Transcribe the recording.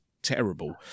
terrible